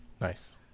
Nice